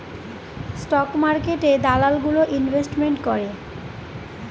stock মার্কেটে দালাল গুলো ইনভেস্টমেন্ট করে